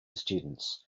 students